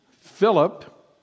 Philip